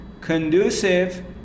conducive